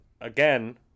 again